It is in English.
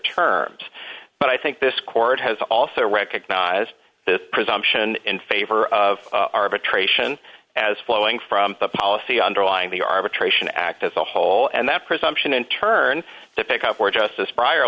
terms but i think this court has also recognized the presumption in favor of arbitration as flowing from the policy underlying the arbitration act as a whole and that presumption in turn to pick up where justice prior